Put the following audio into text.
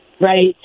Right